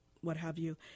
what-have-you